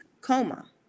coma